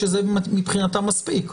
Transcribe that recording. שזה מבחינתם מספיק.